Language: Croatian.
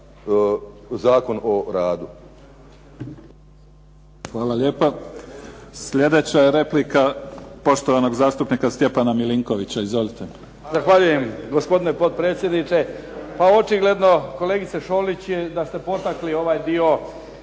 Zakon o radu.